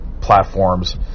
platforms